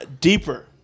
Deeper